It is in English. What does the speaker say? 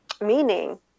meaning